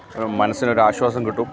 മനസ്സിന് ഒരു ആശ്വാസം കിട്ടും